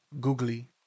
googly